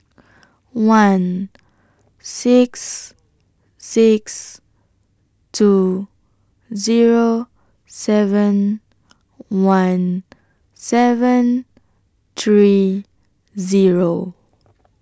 one six six two Zero seven one seven three Zero